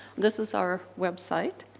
this is our website.